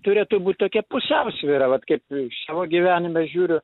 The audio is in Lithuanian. turėtų būt tokia pusiausvyra vat kaip ir savo gyvenime žiūriu